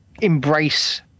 embrace